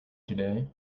today